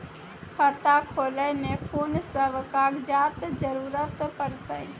खाता खोलै मे कून सब कागजात जरूरत परतै?